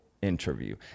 interview